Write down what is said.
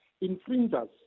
infringers